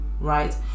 right